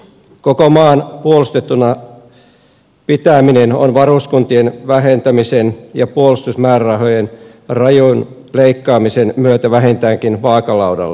koko maan puolustettuna pitäminen on varuskuntien vähentämisen ja puolustusmäärärahojen rajun leikkaamisen myötä vähintäänkin vaakalaudalla